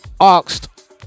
asked